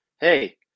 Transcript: hey